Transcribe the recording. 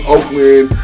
Oakland